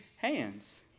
Hands